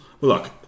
look